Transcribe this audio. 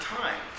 time